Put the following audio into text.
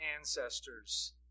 ancestors